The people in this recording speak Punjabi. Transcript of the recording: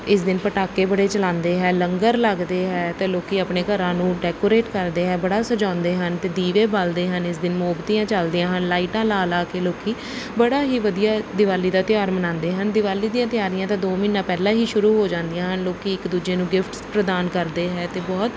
ਇਸ ਦਿਨ ਪਟਾਕੇ ਬੜੇ ਚਲਾਉਂਦੇ ਹੈ ਲੰਗਰ ਲੱਗਦੇ ਹੈ ਅਤੇ ਲੋਕ ਆਪਣੇ ਘਰਾਂ ਨੂੰ ਡੈਕੋਰੇਟ ਕਰਦੇ ਹੈ ਬੜਾ ਸਜਾਉਂਦੇ ਹਨ ਅਤੇ ਦੀਵੇ ਬਾਲਦੇ ਹਨ ਇਸ ਦਿਨ ਮੋਮਬੱਤੀਆਂ ਜਲਦੀਆਂ ਹਨ ਲਾਈਟਾਂ ਲਾ ਲਾ ਕੇ ਲੋਕ ਬੜਾ ਹੀ ਵਧੀਆ ਦਿਵਾਲੀ ਦਾ ਤਿਉਹਾਰ ਮਨਾਉਂਦੇ ਹਨ ਦਿਵਾਲੀ ਦੀਆਂ ਤਿਆਰੀਆਂ ਤਾਂ ਦੋ ਮਹੀਨਾ ਪਹਿਲਾਂ ਹੀ ਸ਼ੁਰੂ ਹੋ ਜਾਂਦੀਆਂ ਹਨ ਲੋਕ ਇੱਕ ਦੂਜੇ ਨੂੰ ਗਿਫਟਸ ਪ੍ਰਦਾਨ ਕਰਦੇ ਹੈ ਅਤੇ ਬਹੁਤ